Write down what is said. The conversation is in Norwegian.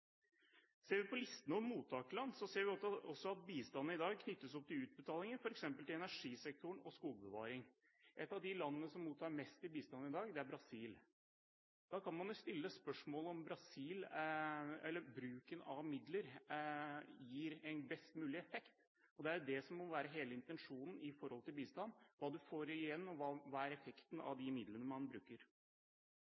Ser vi på listen over mottakerland, ser vi også at bistanden i dag knyttes opp til utbetalinger f.eks. til energisektoren og skogbevaring. Et av de landene som mottar mest i bistand i dag, er Brasil. Da kan man jo stille spørsmålet om bruken av midler gir en best mulig effekt. Det er jo det som må være hele intensjonen med hensyn til bistand, hva du får igjen, og hva effekten er av